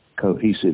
cohesive